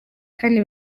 kandi